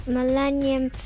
Millennium